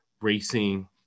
racing